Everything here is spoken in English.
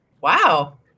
Wow